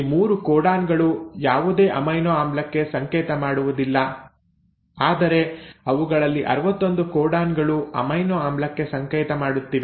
ಈ 3 ಕೋಡಾನ್ ಗಳು ಯಾವುದೇ ಅಮೈನೊ ಆಮ್ಲಕ್ಕೆ ಸಂಕೇತ ಮಾಡುವುದಿಲ್ಲ ಆದರೆ ಅವುಗಳಲ್ಲಿ 61 ಕೋಡಾನ್ ಗಳು ಅಮೈನೊ ಆಮ್ಲಕ್ಕೆ ಸಂಕೇತ ಮಾಡುತ್ತಿವೆ